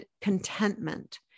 contentment